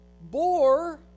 bore